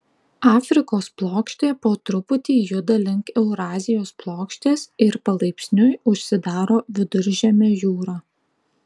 afrikos plokštė po truputį juda link eurazijos plokštės ir palaipsniui užsidaro viduržemio jūra